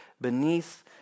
beneath